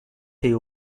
they